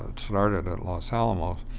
started at los alamos.